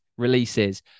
Releases